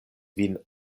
vin